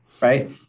Right